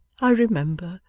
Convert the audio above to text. i remember,